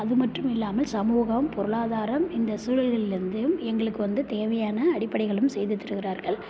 அதுமட்டும் இல்லாமல் சமூகம் பொருளாதாரம் இந்த சூழல்களிலிருந்து எங்களுக்கு வந்து தேவையான அடிப்படைகளும் செய்துத் தருகிறார்கள்